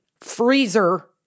freezer